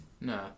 No